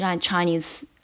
Chinese